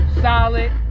solid